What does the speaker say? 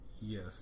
yes